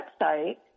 website